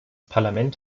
parlament